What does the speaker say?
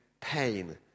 pain